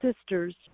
sisters